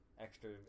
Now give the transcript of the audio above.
extra